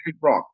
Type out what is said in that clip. Rock